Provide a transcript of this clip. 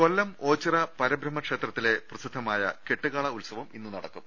കൊല്ലം ഓച്ചിറ പരബ്രഹ്മ ക്ഷേത്രത്തിലെ പ്രസിദ്ധമായ കെട്ടുകാള ഉ ത്സവം ഇന്ന് നടക്കും